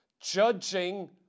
judging